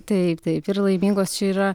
taip taip ir laimingos čia yra